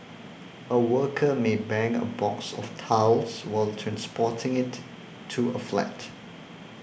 a worker may bang a box of tiles while transporting it to a flat